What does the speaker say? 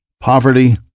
poverty